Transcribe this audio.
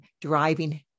driving